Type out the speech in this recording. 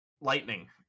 Lightning